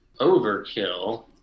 overkill